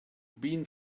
been